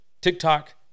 TikTok